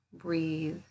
breathe